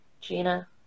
Gina